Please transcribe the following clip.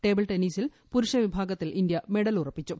table ടെന്നീസിൽ പുരുഷ വിഭാഗത്തിൽ ഇന്ത്യ മെഡൽ ഉറപ്പിച്ചു